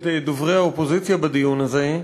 את דוברי האופוזיציה בדיון הזה,